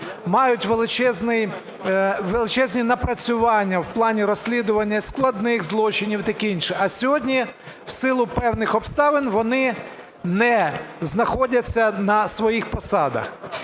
мають величезні напрацювання в плані розслідування складних злочинів і таке інше, а сьогодні, в силу певних обставин, вони не знаходяться на своїх посадах.